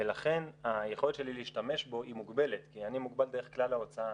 ולכן היכולת שלי להשתמש בו היא מוגבלת כי אני מוגבל דרך כלל ההוצאה.